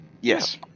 Yes